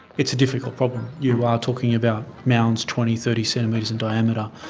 it's a difficult problem. you are talking about mounds twenty, thirty centimetres in diameter.